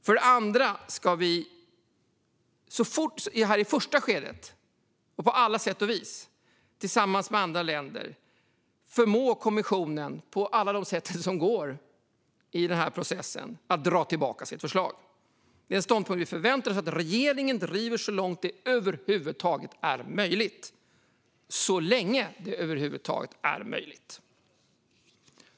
För det andra: Vi ska i detta första skede och på alla sätt och vis tillsammans med andra länder förmå kommissionen på alla sätt som går i den här processen att dra tillbaka sitt förslag. Det är en ståndpunkt vi förväntar oss att regeringen driver så långt det över huvud taget är möjligt, så länge det över huvud taget är möjligt.